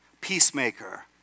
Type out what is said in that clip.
peacemaker